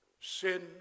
sin